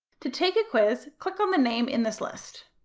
to take a quiz, click on the name in this list.